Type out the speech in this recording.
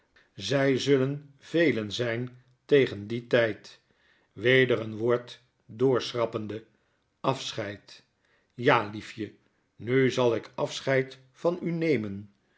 zy zullen velen zyn tegen dien tyd weder een woorddoorschrappende afscheid ja liefje nu zal ik afscheid van u nemen